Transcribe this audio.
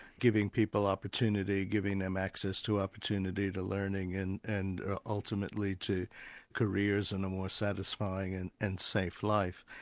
giving people opportunity, giving them access to opportunity, to learning and and ah ultimately to careers and a more satisfying and and safe life.